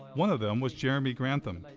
one of them was jeremy grantham.